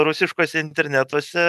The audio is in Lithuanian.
rusiškuose internetuose